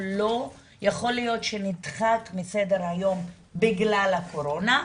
יכול להיות שהוא נדחק מסדר היום בגלל הקורונה,